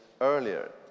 earlier